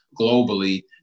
globally